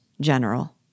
General